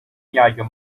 yaygın